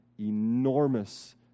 enormous